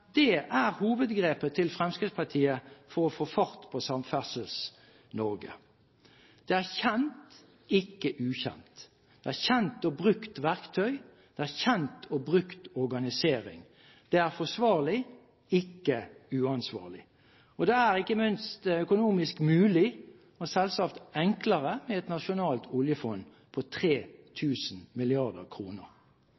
Det er hovedgrepet til Fremskrittspartiet for å få fart på Samferdsels-Norge. Det er kjent, ikke ukjent. Det er et kjent og brukt verktøy. Det er en kjent og brukt organisering. Det er forsvarlig, ikke uansvarlig. Og det er ikke minst økonomisk mulig – og selvsagt enklere – med et nasjonalt oljefond på